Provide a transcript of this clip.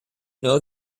know